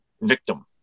victim